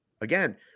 again